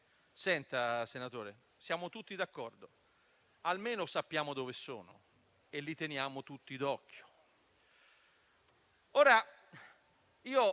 «Senta, senatore, siamo tutti d'accordo: almeno sappiamo dove sono e li teniamo tutti d'occhio».